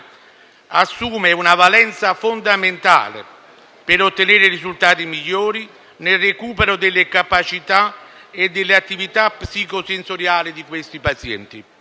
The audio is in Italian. assume una valenza fondamentale per ottenere i risultati migliori nel recupero delle capacità e delle attività psicosensoriali di questi pazienti.